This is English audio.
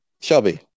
Shelby